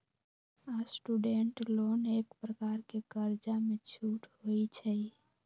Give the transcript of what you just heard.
student loan एक प्रकार के कर्जामें छूट होइ छइ